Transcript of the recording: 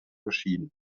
verschieden